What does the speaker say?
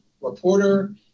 reporter